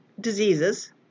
diseases